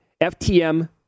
FTM